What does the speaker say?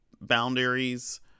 boundaries